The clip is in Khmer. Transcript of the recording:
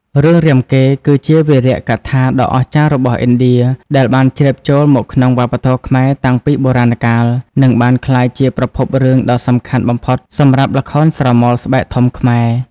រឿង រាមកេរ្តិ៍ គឺជាវីរកថាដ៏អស្ចារ្យរបស់ឥណ្ឌា ដែលបានជ្រាបចូលមកក្នុងវប្បធម៌ខ្មែរតាំងពីបុរាណកាល និងបានក្លាយជាប្រភពរឿងដ៏សំខាន់បំផុតសម្រាប់ ល្ខោនស្រមោលស្បែកធំខ្មែរ ។